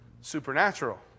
supernatural